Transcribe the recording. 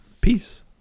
peace